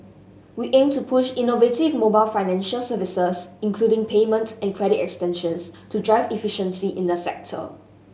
we aim to push innovative mobile financial services including payment and credit extensions to drive efficiency in the sector